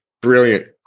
brilliant